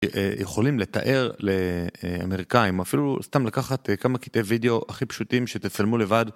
יכולים לתאר לאמריקאים אפילו סתם לקחת כמה קטעי וידאו הכי פשוטים שתצלמו לבד